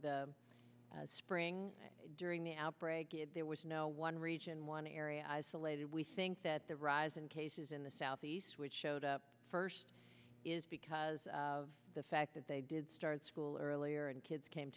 the spring during the outbreak there was no one region one area isolated we think that the rise in cases in the southeast which showed up first is because of the fact that they did start school earlier and kids came